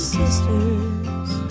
Sisters